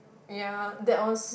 ya that was